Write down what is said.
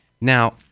Now